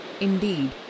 Indeed